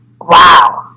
wow